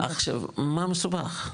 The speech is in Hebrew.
עכשיו, מה מסובך?